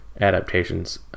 adaptations